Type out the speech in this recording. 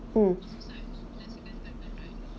mm